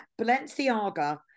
Balenciaga